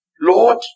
Lord